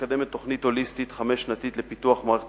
מקדמת תוכנית הוליסטית חמש-שנתית לפיתוח מערכת